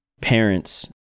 parents